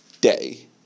day